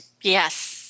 yes